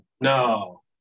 No